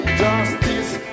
justice